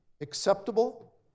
acceptable